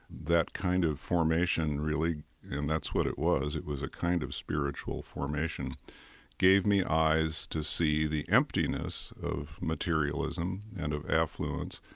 that kind of formation really and that's what it was, it was a kind of spiritual formation gave me eyes to see the emptiness of materialism and of affluence,